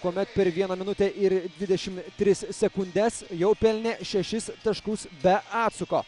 kuomet per vieną minutę ir dvidešim tris sekundes jau pelnė šešis taškus be atsako